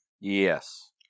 Yes